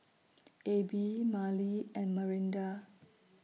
Abie Mallie and Marinda